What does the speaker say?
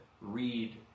read